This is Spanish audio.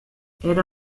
era